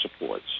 supports